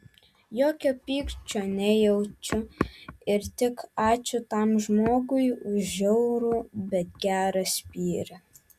jokio pykčio nejaučiu ir tik ačiū tam žmogui už žiaurų bet gerą spyrį